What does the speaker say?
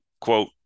Quote